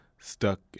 stuck